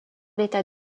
état